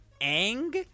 Ang